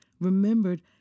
Remembered